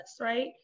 right